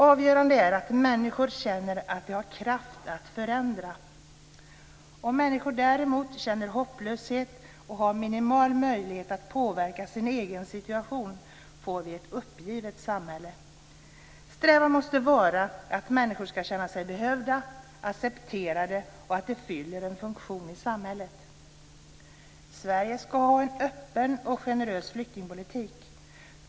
Avgörande är att människor känner att de har kraft att förändra. Om människor däremot känner hopplöshet och har minimal möjlighet att påverka sin egen situation får vi ett uppgivet samhället. Strävan måste vara att människor ska känna sig behövda, accepterade och att de fyller en funktion i samhället. Sverige ska ha en öppen och generös flyktingpolitik.